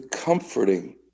comforting